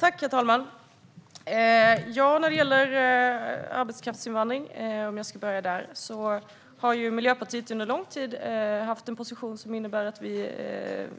Herr talman! Låt mig börja med arbetskraftsinvandringen. Miljöpartiet har under lång tid